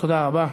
תודה רבה.